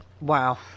Wow